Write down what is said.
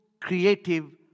creative